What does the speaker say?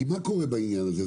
כי מה קורה בעניין הזה?